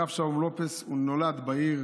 הרב שלום לופס נולד בעיר